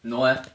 no leh